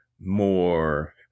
more